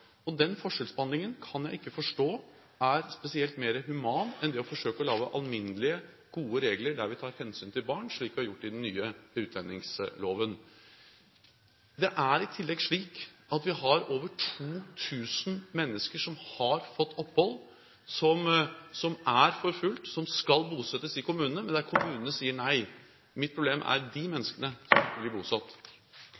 Den forskjellsbehandlingen kan jeg ikke forstå er spesielt mer human enn det å forsøke å lage alminnelige, gode regler der vi tar hensyn til barn, slik vi har gjort i den nye utlendingsloven. Det er i tillegg slik at vi har over 2 000 mennesker som har fått opphold, som er forfulgt, og som skal bosettes i kommunene, men der kommunene sier nei. Mitt problem er de